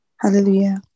hallelujah